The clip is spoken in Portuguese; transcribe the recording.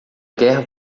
guerra